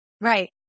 Right